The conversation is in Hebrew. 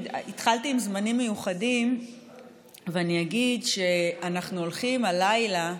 התחלתי עם זמנים מיוחדים ואני אגיד שאנחנו הולכים הלילה,